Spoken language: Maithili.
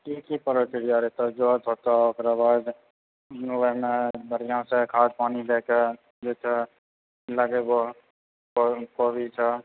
की की प्रक्रिया हेतै जल परतै ओकराबाद बढ़िऑं सँ खाद पानी दए कऽ लगेबो कोबी छ